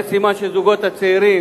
זה סימן שהזוגות הצעירים